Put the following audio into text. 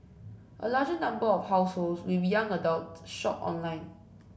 a larger number of households with young adults shopped online